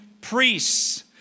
priests